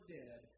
dead